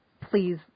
please